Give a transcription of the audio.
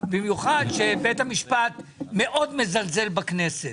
במיוחד שבית המשפט מאוד מזלזל בכנסת,